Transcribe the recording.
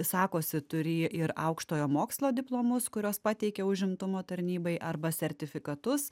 sakosi turį ir aukštojo mokslo diplomus kuriuos pateikė užimtumo tarnybai arba sertifikatus